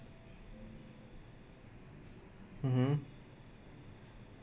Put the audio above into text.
mmhmm